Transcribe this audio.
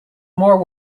more